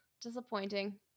disappointing